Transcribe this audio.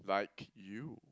like you